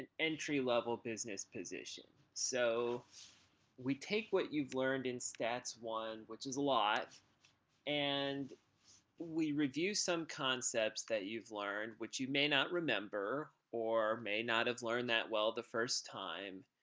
entry-level business position. so we take what you've learned in stats i which is a lot and we review some concepts that you've learned, which you may not remember or may not have learned that well the first time.